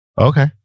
Okay